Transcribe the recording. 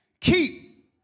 Keep